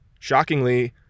Shockingly